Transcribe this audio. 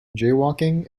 jaywalking